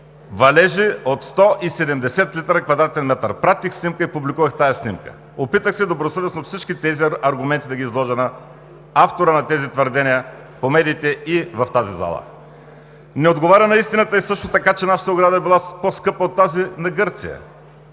валежи от 170 литра на квадратен метър! Пратиха снимки и публикувах тази снимка. Опитах се всички тези аргументи добросъвестно да ги изложа на автора на тези твърдения, по медиите, и в тази зала. Не отговаря на истината също така, че нашата ограда е била по-скъпа от тази на Гърция.